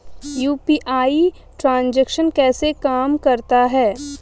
UPI transaction कैसे काम करता है?